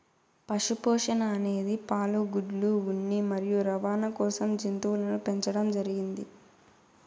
పశు పోషణ అనేది పాలు, గుడ్లు, ఉన్ని మరియు రవాణ కోసం జంతువులను పెంచండం జరిగింది